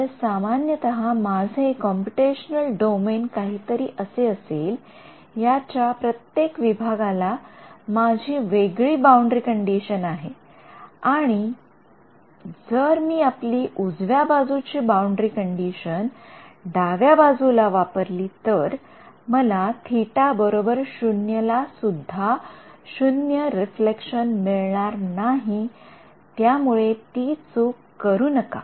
तर सामान्यतः माझे कॉम्पुटेशनल डोमेन काहीतरी असे असेल याच्या प्रत्येक विभागाला माझी वेगळी बाउंडरी कंडिशन आहे जर मी आपली उजव्या बाजूची बाउंडरी कंडिशन डाव्या बाजूला वापरली तर मला Ө 0 ला सुद्धा शून्य रिफ्लेक्शन मिळणार नाही त्यामुळे ती चूक करू नका